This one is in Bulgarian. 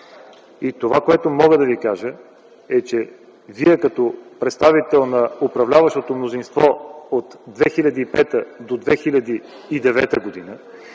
И това, което мога да Ви кажа е, че Вие като представител на управляващото мнозинство от 2005 до 2009 г. и